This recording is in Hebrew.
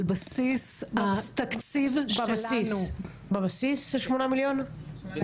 על בסיס התקציב --- בבסיס זה שמונה מיליון?